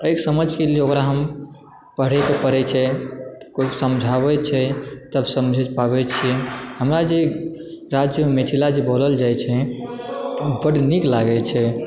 एहि समझके लिए ओकरा हम पढ़यके पड़ै छै कोई समझाबै छै तब समझ पाबै छी हमरा जे राज्यमे मिथिलाजे बोलल जाइ छै ओ बड नीक लागै छै